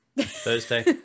Thursday